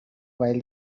while